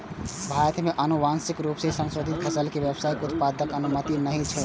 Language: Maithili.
भारत मे आनुवांशिक रूप सं संशोधित फसल के व्यावसायिक उत्पादनक अनुमति नहि छैक